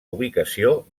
ubicació